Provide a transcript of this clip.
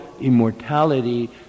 immortality